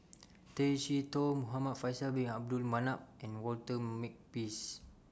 Tay Chee Toh Muhamad Faisal Bin Abdul Manap and Walter Makepeace